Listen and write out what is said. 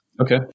Okay